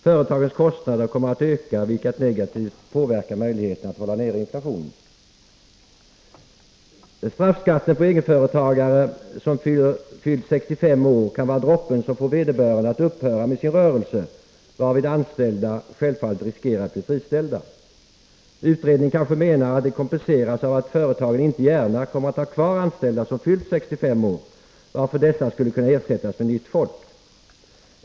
Företagens kostnader kommer att öka, vilket negativt påverkar möjligheterna att hålla nere inflationen. Straffskatten på egenföretagare som fyllt 65 år kan vara droppen som får vederbörande att upphöra med sin rörelse, varvid anställda självfallet riskerar att bli friställda. Utredningen kanske menar att detta kompenseras 93 av att företagen inte gärna kommer att ha kvar anställda som fyllt 65 år, varför dessa skulle kunna ersättas med nytt folk.